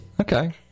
Okay